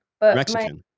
Mexican